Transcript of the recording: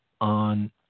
on